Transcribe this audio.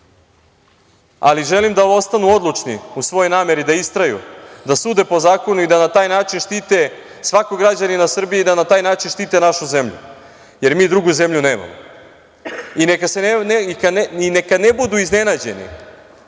Želim im da ostanu odlučni u svojoj nameri da istraju, da sude po zakonu i da na taj način štite svakog građanina Srbije i da na taj način štite našu zemlju, jer mi drugu zemlju nemamo i neka ne budu iznenađeni